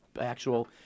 actual